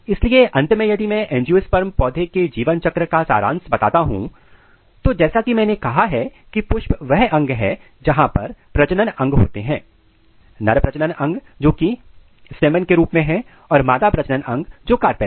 इसलिए अंत में यदि मैं एंजियोस्पर्म पौधे पौधे के जीवन चक्र का सारांश बताता हूं तो जैसा की मैंने कहा है की पुष्प वह अंग हैं जहां पर प्रजनन अंग होते हैं नर प्रजनन अंग जोकि स्टेशन के रूप में है और मादा प्रजनन अंग जो कार्पेल है